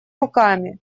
руками